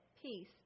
Peace